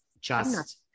just-